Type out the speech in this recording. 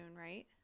right